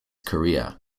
career